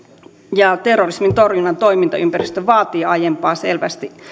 terrorismin torjunnan toimintaympäristö vaatii aiempaa selvästi